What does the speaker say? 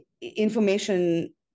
information